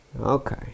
Okay